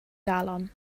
galon